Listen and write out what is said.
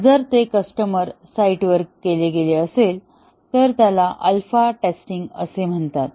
जर ते कस्टमर साइटवर केले गेले असेल तर त्याला अल्फा टेस्टिंग असे म्हणतात